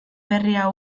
berria